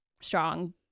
strong